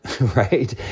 right